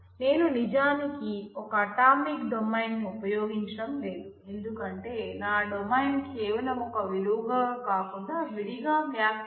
అప్పుడు నేను నిజానికి ఒక అటామిక్ డొమైన్ ను ఉపయోగించడం లేదు ఎందుకంటే నా డొమైన్ కేవలం ఒక విలువ గా కాకుండా విడిగా వ్యాఖ్యానించాల్సి ఉంటుంది